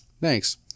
Thanks